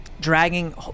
dragging